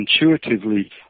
intuitively